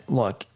look